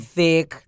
thick